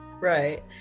Right